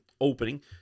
opening